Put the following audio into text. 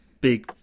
big